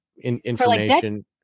information